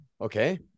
okay